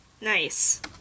Nice